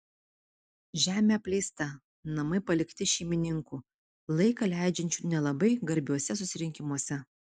žemė apleista namai palikti šeimininkų laiką leidžiančių nelabai garbiuose susirinkimuose